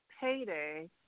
payday